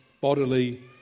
bodily